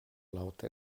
laŭte